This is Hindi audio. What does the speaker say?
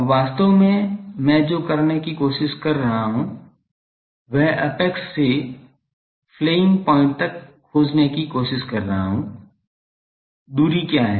अब वास्तव में मैं जो करने की कोशिश कर रहा हूं वह एपेक्स से फ्लेयिंग पॉइंट तक खोजने की कोशिश कर रहा हूं दूरी क्या है